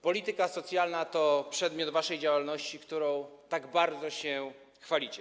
Polityka socjalna to przedmiot waszej działalności, którą tak bardzo się chwalicie.